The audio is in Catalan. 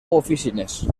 oficines